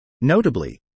Notably